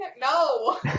No